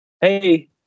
hey